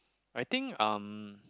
I think um